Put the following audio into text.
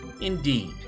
Indeed